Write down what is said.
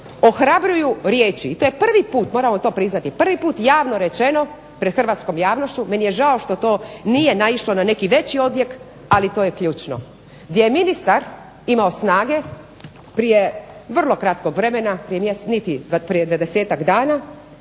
ohrabruju riječi, to je prvi put, moramo priznati prvi puta je javno rečeno pred hrvatskom javnošću, meni je žao što to nije naišlo na neki veći odjek ali to je ključno, gdje je ministar imao snage, prije vrlo kratkog vremena, prije 20-tak dana,